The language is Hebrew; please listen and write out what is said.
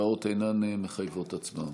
ההודעות אינן מחייבות הצבעה.